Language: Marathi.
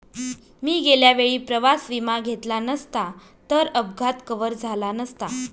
मी गेल्या वेळी प्रवास विमा घेतला नसता तर अपघात कव्हर झाला नसता